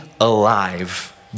alive